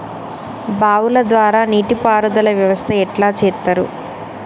బావుల ద్వారా నీటి పారుదల వ్యవస్థ ఎట్లా చేత్తరు?